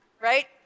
right